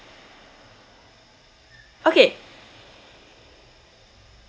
okay